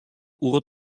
oer